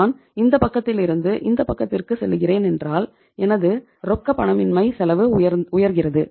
நான் இந்த பக்கத்திலிருந்து இந்த பக்கத்திற்குச் செல்கிறேன் என்றால் எனது ரொக்கப்பணமின்மை செலவு உயர்கிறது